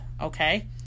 okay